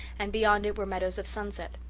and beyond it were meadows of sunset.